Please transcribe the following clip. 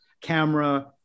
camera